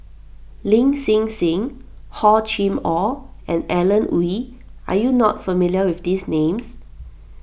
Lin Hsin Hsin Hor Chim or and Alan Oei Are you not familiar with these names